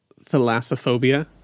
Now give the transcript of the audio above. thalassophobia